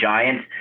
Giants